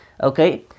okay